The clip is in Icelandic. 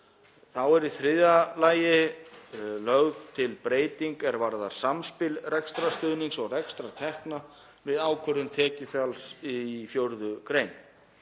Þá er í þriðja lagi lögð til breyting er varðar samspil rekstrarstuðnings og rekstrartekna við ákvörðun tekjufalls í 4. gr.